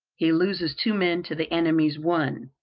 he loses two men to the enemy's one.